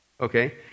Okay